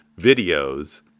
videos